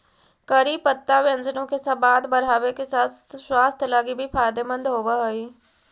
करी पत्ता व्यंजनों के सबाद बढ़ाबे के साथ साथ स्वास्थ्य लागी भी फायदेमंद होब हई